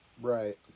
Right